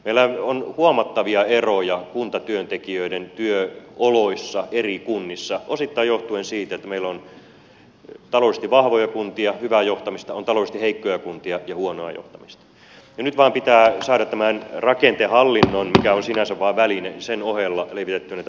meillä on huomattavia eroja kuntatyöntekijöiden työoloissa eri kunnissa osittain johtuen siitä että meillä on taloudellisesti vahvoja kuntia hyvää johtamista on taloudellisesti heikkoja kuntia ja huonoa johtamista ja nyt vain pitää saada tämän rakenteen hallinnon mikä on sinänsä vain väline ohella levitettyä näitä parhaita laadullisia käytäntöjä